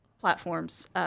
platforms